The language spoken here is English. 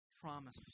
promise